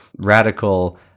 Radical